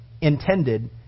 intended